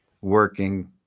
working